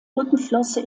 rückenflosse